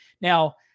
Now